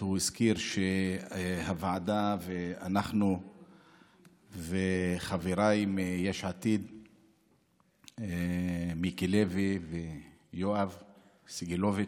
הוא הזכיר שהוועדה ואנחנו וחבריי מיש עתיד מיקי לוי ויואב סגלוביץ',